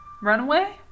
Runaway